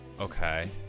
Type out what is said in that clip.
okay